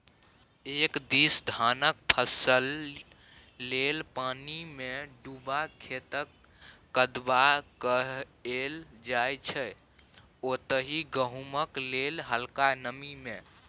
एक दिस धानक फसिल लेल पानिमे डुबा खेतक कदबा कएल जाइ छै ओतहि गहुँमक लेल हलका नमी मे